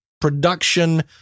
production